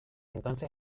entonces